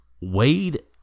Wade